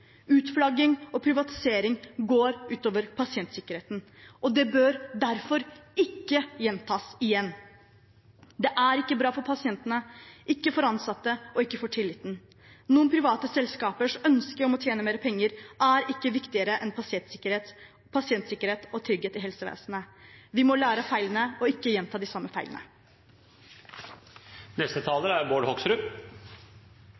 Utflagging og privatisering går ut over pasientsikkerheten. Det bør derfor ikke gjentas. Det er ikke bra for pasientene, ikke for ansatte og ikke for tilliten. Noen private selskapers ønske om å tjene mer penger er ikke viktigere enn pasientsikkerhet og trygghet i helsevesenet. Vi må lære av feilene og ikke gjenta